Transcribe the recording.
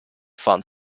form